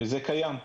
זה קיים.